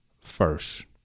first